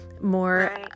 more